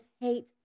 hate